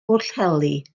pwllheli